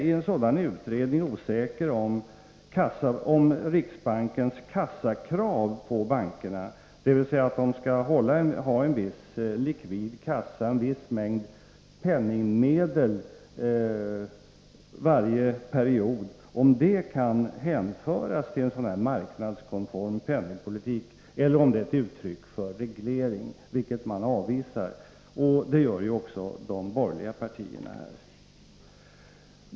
i en sådan utredning osäker om riksbankens kassakrav på bankerna, dvs. att de skall ha en viss likvid kassa, en viss mängd penningmedel varje period, kan hänföras till en marknadskonform penningpolitik eller om det är ett uttryck för reglering.